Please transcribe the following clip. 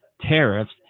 tariffs